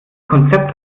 konzept